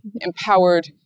empowered